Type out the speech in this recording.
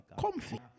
comfy